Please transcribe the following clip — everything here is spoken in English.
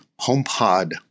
HomePod